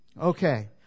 Okay